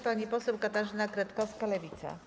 Pani poseł Katarzyna Kretkowska, Lewica.